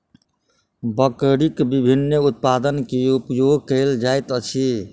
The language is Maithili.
बकरीक विभिन्न उत्पाद के उपयोग कयल जाइत अछि